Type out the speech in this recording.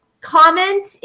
comment